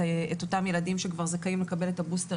אותם ילדים שכבר זכאים לקבל את הבוסטר,